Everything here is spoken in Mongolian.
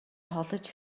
тоглож